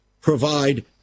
provide